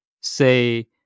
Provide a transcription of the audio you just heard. say